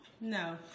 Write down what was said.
No